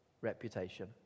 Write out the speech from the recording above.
reputation